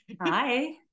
Hi